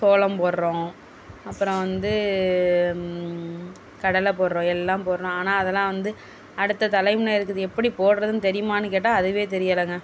சோளம் போடுறோம் அப்புறம் வந்து கடலை போடுறோம் எல்லாம் போடுறோம் ஆனால் அதெல்லாம் வந்து அடுத்த தலைமுறைக்கு இது எப்படி போடுறதுன்னு தெரியுமான்னு கேட்டால் அதுவே தெரியலைங்க